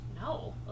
No